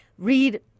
Read